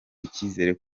icyizere